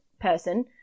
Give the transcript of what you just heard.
person